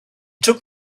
took